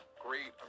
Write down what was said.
great